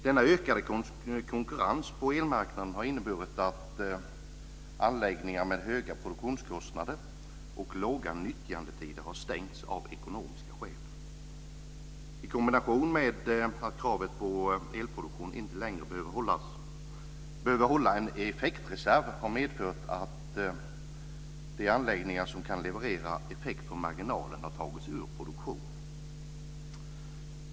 Denna ökade konkurrens på elmarknaden har inneburit att anläggningar med höga produktionskostnader och låga nyttjandetider har stängts av ekonomiska skäl. I kombination med att det inte längre krävs att det hålls en effektreserv inom elproduktionen har det medfört att de anläggningar som kan leverera effekt på marginalen har tagits ur produktion.